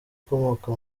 ukomoka